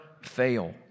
fail